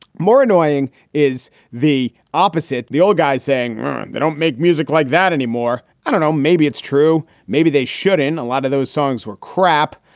more annoying is the opposite. the old guy saying they don't make music like that anymore. i don't know. maybe it's true. maybe they should in a lot of those songs were crap.